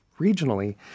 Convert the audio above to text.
regionally